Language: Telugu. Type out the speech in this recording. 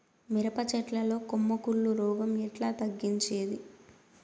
మిరప చెట్ల లో కొమ్మ కుళ్ళు రోగం ఎట్లా తగ్గించేది?